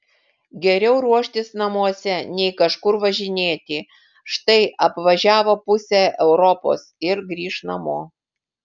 geriau ruoštis namuose nei kažkur važinėti štai apvažiavo pusę europos ir grįš namo